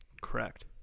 Correct